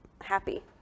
happy